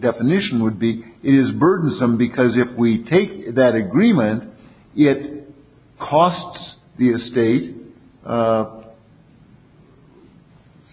definition would be is burdensome because if we take that agreement it costs the state